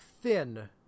thin